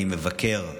שאני מבקר,